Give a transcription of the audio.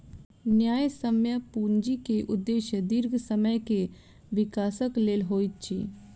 न्यायसम्य पूंजी के उदेश्य दीर्घ समय के विकासक लेल होइत अछि